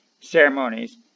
ceremonies